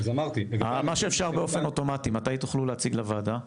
מה שאפשר באופן אוטומטי, מתי תוכלו להציג לוועדה?